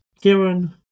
Kieran